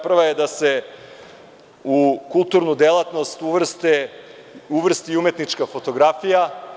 Prva je da se u kulturnu delatnost uvrsti umetnička fotografija.